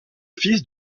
fils